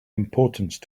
importance